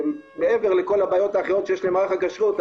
מעבר לכל הבעיות האחרות שיש למערך הכשרות,